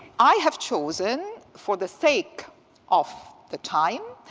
i have chosen, for the sake of the time,